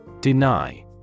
Deny